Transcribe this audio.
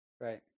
Right